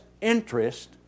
interest